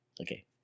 Okay